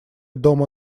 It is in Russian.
дома